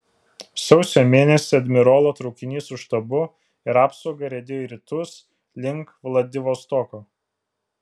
sausio mėnesį admirolo traukinys su štabu ir apsauga riedėjo į rytus link vladivostoko